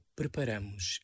preparamos